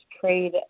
trade